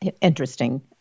interesting